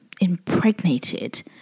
impregnated